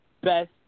best